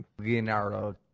Leonardo